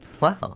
Wow